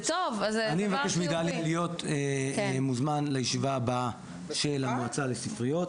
להיות מוזמן לישיבה הבאה של המועצה לספריות,